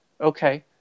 Okay